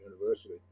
university